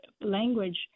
language